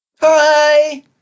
Hi